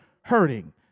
hurting